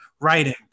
writing